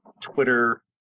Twitter